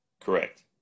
Correct